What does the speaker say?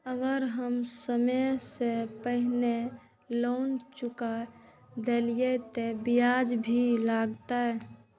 अगर हम समय से पहले लोन चुका देलीय ते ब्याज भी लगते?